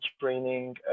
training